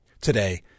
Today